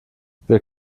wir